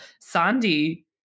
Sandy